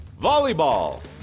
Volleyball